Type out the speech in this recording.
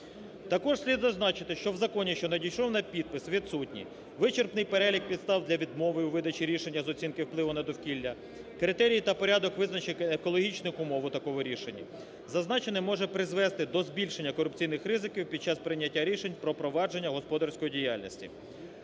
Також слід зазначити, що в законі, що надійшов на підпис, відсутні: вичерпний перелік підстав для відмови у видачі рішення з оцінки впливу на довкілля, критерії та порядок визначення екологічних умов у такому рішенні, зазначене може призвести до збільшення корупційних ризиків під час прийняття рішень про провадження господарської діяльності.